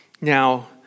now